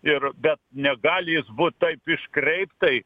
ir bet negali jis būt taip iškreiptai